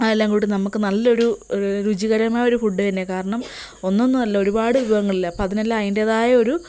അതെല്ലാം കൂടി നമ്മൾക്ക് നല്ലൊരു രുചികരമായ ഒരു ഫുഡ് തന്നെ കാരണം ഒന്നൊന്നും അല്ല ഒരുപാട് വിഭവങ്ങളില്ലേ അപ്പോൾ അതിനെല്ലാം അതിൻ്റേതായ ഒരു